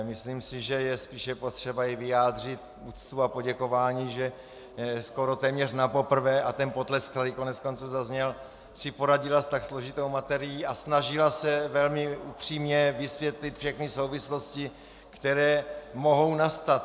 Myslím si, že je spíše potřeba jí vyjádřit úctu a poděkování, že skoro téměř napoprvé, a potlesk tady koneckonců zazněl, si poradila s tak složitou materií a snažila se velmi upřímně vysvětlit všechny souvislosti, které mohou nastat.